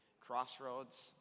Crossroads